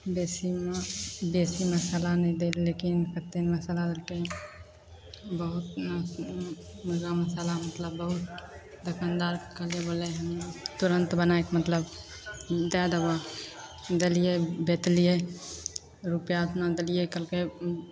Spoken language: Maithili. बेसी बेसी मसाला नहि देब लेकिन कतेक मसाला देलकै बहुत ओतना मसाला मतलब बहुत दोकानदारके कहलिए बोललै तुरन्त बनाके मतलब दै देबऽ देलिए बतेलिए रुपैआ ओतना देलिए कहलकै